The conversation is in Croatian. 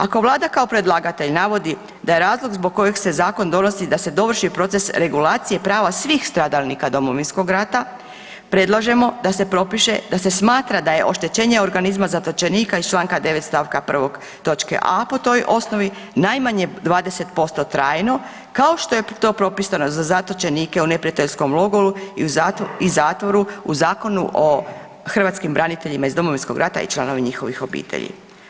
Ako Vlada kao predlagatelj navodi da je razlog zbog kojeg se zakon donosi da se dovrši proces regulacije prava svih stradalnika Domovinskog rata predlažemo da se propiše da se smatra da je oštećenje organizma zatočenika iz Članka 9. stavka 1. točke a) po toj osnovi najmanje 20% trajno kao što je to propisano za zatočenike u neprijateljskom logoru i zatvoru o Zakonu o hrvatskim braniteljima iz Domovinskog rata i članova njihovih obitelji.